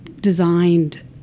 designed